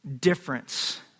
difference